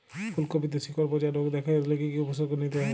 ফুলকপিতে শিকড় পচা রোগ দেখা দিলে কি কি উপসর্গ নিতে হয়?